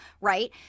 right